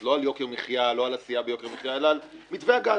לא על יוקר המחיה אלא על מתווה הגז.